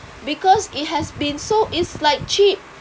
because it has been so it's like cheap